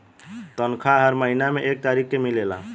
तनखाह हर महीना में एक तारीख के मिलेला